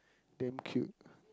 damn cute